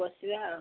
ପଶିବା ଆଉ